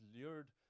lured